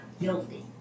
guilty